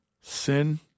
Sin